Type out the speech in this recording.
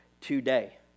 today